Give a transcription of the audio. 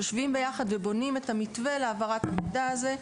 יושבים יחד ובונים את המתווה להעברת המידע הזה.